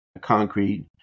concrete